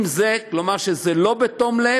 אם זה כך, כלומר שזה לא בתום לב,